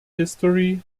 history